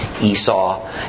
Esau